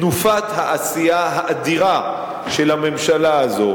תנופת העשייה האדירה של הממשלה הזו